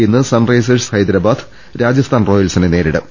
ഇന്ന് സൺറൈസേഴ്സ് ഹൈദരാബാദ് രാജസ്ഥാൻ റോയൽസിനെ നേരി ടും